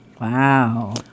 Wow